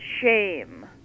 shame